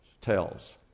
tells